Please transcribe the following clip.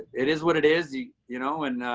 it is what it is. yeah you know and